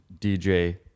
DJ